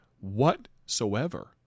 Whatsoever